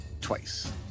twice